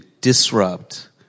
disrupt